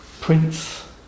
Prince